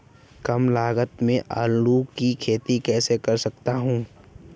कम लागत में आलू की खेती कैसे कर सकता हूँ?